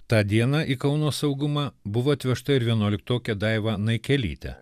tą dieną į kauno saugumą buvo atvežta ir vienuoliktokė daiva naikelytė